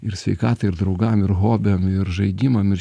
ir sveikatą ir draugam ir hobiam ir žaidimam ir